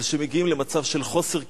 אבל כשמגיעים למצב של חוסר כיוון,